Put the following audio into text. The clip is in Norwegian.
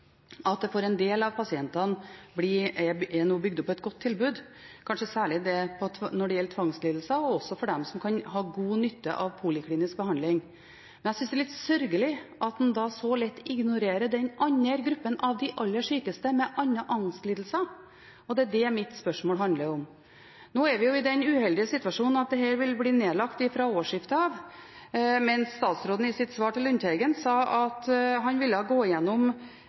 at det for en del av pasientene nå er bygd opp et godt tilbud, kanskje særlig når det gjelder tvangslidelser og for dem som kan ha god nytte av poliklinisk behandling. Men jeg synes det er litt sørgelig at en da så lett ignorerer den andre gruppen av de aller sykeste med andre angstlidelser. Det er det mitt spørsmål handler om. Nå er vi i den uheldige situasjonen at dette vil bli nedlagt fra årsskiftet, mens statsråden i sitt svar til Lundteigen sa at han ville gå